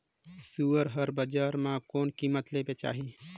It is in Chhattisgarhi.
सुअर हर बजार मां कोन कीमत ले बेचाही?